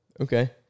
Okay